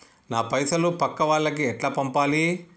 నా పైసలు పక్కా వాళ్లకి ఎట్లా పంపాలి?